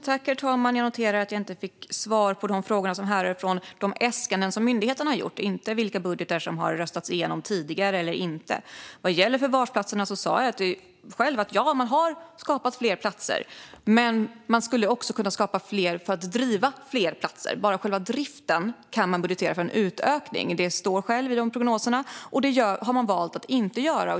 Herr talman! Jag noterar att jag inte fick svar på de frågor som handlade om de äskanden som myndigheterna har gjort. Jag frågade inte om tidigare budgetar och vilka som har röstats igenom eller inte. Vad gäller förvarsplatserna sa jag själv att man har skapat fler platser, men man skulle också kunna skapa fler för att driva fler platser. Bara när det gäller själva driften kan man budgetera för en utökning. Det står i prognoserna, och det har man valt att inte göra.